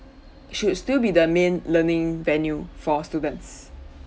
should still be the main learning venue for students